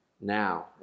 Now